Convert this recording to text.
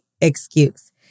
excuse